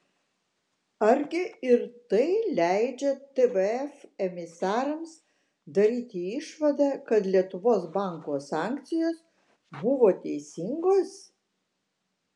argi ir tai leidžia tvf emisarams daryti išvadą kad lietuvos banko sankcijos buvo teisingos